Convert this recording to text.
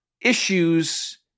issues